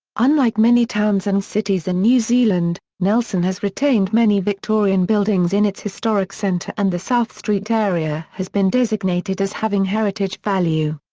unlike many towns and cities in new zealand, nelson has retained many victorian buildings in its historic centre and the south street area has been designated as having heritage value.